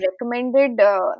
recommended